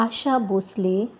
Asha Bhosle